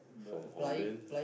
from Holland